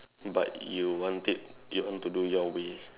but you want it you want to do your way